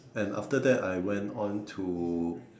and after that I went on to